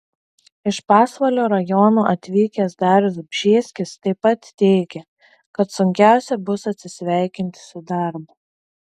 iš pasvalio rajono atvykęs darius bžėskis taip pat teigė kad sunkiausia bus atsisveikinti su darbu